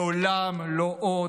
לעולם לא עוד.